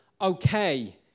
okay